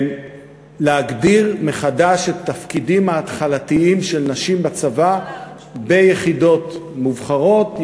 להגדיר מחדש את התפקידים ההתחלתיים של נשים ביחידות מובחרות,